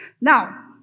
Now